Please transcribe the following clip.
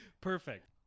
Perfect